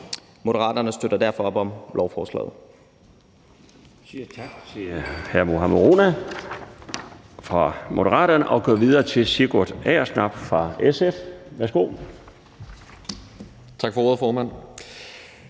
Moderaterne støtter derfor op om lovforslaget.